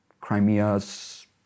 crimea's